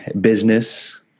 business